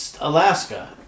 Alaska